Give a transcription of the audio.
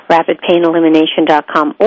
RapidPainElimination.com